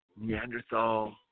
Neanderthal